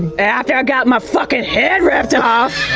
after i got my fucking head ripped off,